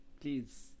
please